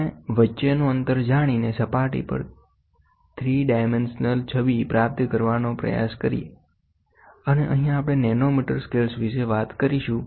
અને વચ્ચેનો અંતર જાણીને સપાટી પર 3 પરિમાણીય છબી પ્રાપ્ત કરવાનો પ્રયાસ કરવા અને અહીં આપણે નેનોમીટર સ્કેલ વિશે વાત કરીશું